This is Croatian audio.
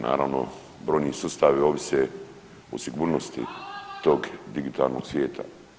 Naravno broji sustavi ovise o sigurnosti tog digitalnog svijeta.